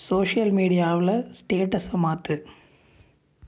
social மீடியாவில் ஸ்டேட்டஸை மாற்று